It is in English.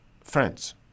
friends